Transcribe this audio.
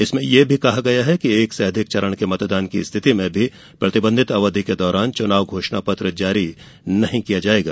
इसमें यह भी कहा गया है कि एक से अधिक चरण के मतदान की स्थिति में भी प्रतिबंधित अवधि के दौरान चुनाव घोषणा पत्र जारी नहीं किया जाएगा